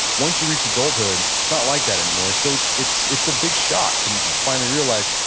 once you reach adulthood, it's not like that anymore. so it's it's a big shock to finally realize,